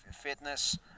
fitness